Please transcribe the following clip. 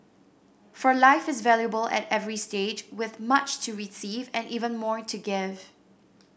for life is valuable at every stage with much to receive and even more to give